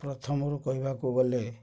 ପ୍ରଥମରୁ କହିବାକୁ ଗଲେ